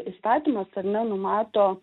įstatymas tame numato